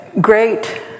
great